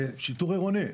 שיטור עירוני.